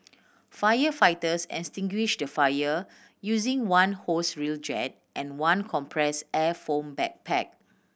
firefighters extinguished the fire using one hose reel jet and one compressed air foam backpack